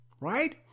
right